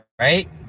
right